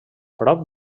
prop